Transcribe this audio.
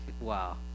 wow